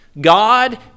God